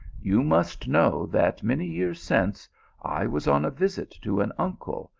you must know that many years since i was on a visit to an uncle,